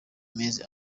mezi